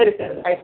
ಸರಿ ಸರ್ ಆಯಿತು